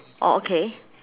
oh okay